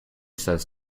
says